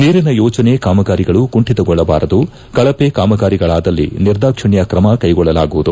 ನೀರಿನ ಯೋಜನೆ ಕಾಮಗಾರಿಗಳು ಕುಂಠಿತಗೊಳ್ಳಬಾರದು ಕಳಪೆ ಕಾಮಗಾರಿಗಳಾದಲ್ಲಿ ನಿರ್ಧಾಕ್ಷಿಣ್ಯ ಕ್ರಮಕೈಗೊಳ್ಳಲಾಗುವುದು